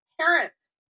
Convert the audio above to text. parents